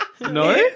No